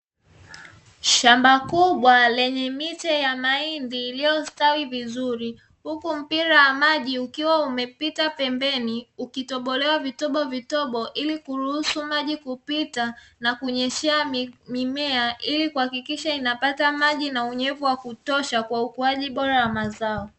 Shamba kubwa lenye miche ya mahindi iliyostawi vizuri, huku mpira wa maji ukiwa umepita pembeni ukitobolewa vitobovitobo, ili kuruhusu maji kupita na kunyweshea mimea ili kuhakikisha inapata maji na unyevu wa kutosha kwa ukuaji bora wa mazao.